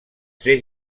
ser